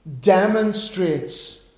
demonstrates